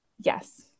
yes